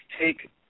take